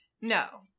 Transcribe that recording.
No